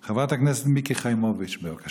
חברת הכנסת מיקי חיימוביץ', בבקשה.